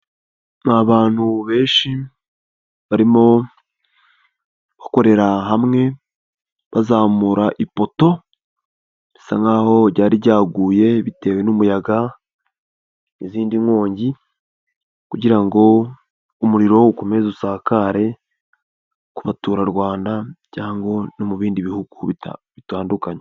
Ni abantu benshi barimo bakorera hamwe bazamura ipoto risa nk'aho ryari ryaguye bitewe n'umuyaga n'izindi nkongi kugira ngo umuriro ukomeze usakare ku baturarwanda cyango no mu bindi bihugu bitandukanye.